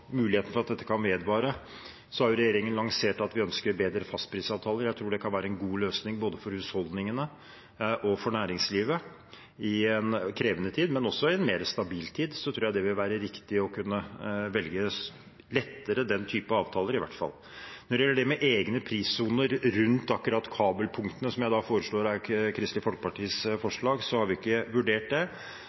at dette kan vedvare, har regjeringen lansert at vi ønsker bedre fastprisavtaler. Jeg tror det kan være en god løsning for både husholdningene og næringslivet i en krevende tid, men også i en mer stabil tid tror jeg det vil være riktig lettere å kunne velge den typen avtaler, i hvert fall. Når det gjelder det med egne prissoner rundt kabelpunktene, som jeg forstår er Kristelig Folkepartis forslag, har vi ikke vurdert det.